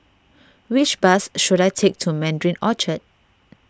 which bus should I take to Mandarin Orchard